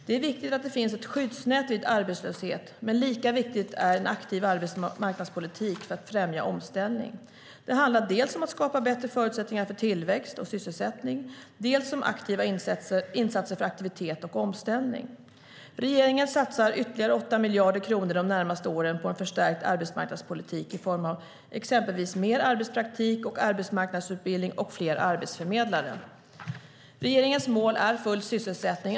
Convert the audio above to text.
Det är viktigt att det finns ett skyddsnät vid arbetslöshet, men lika viktigt är en aktiv arbetsmarknadspolitik för att främja omställning. Det handlar dels om att skapa bättre förutsättningar för tillväxt och sysselsättning, dels om aktiva insatser för aktivitet och omställning. Regeringen satsar ytterligare 8 miljarder kronor de närmaste åren på en förstärkt arbetsmarknadspolitik i form av exempelvis mer arbetspraktik och arbetsmarknadsutbildning och fler arbetsförmedlare. Regeringens mål är full sysselsättning.